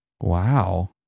wow